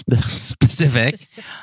specific